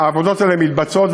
העבודות האלה מתבצעות,